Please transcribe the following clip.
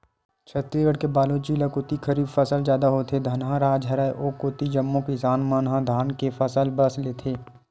छत्तीसगढ़ के बलोद जिला कोती तो खरीफ फसल जादा होथे, धनहा राज हरय ओ कोती जम्मो किसान मन ह धाने के फसल बस लेथे